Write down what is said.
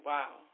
Wow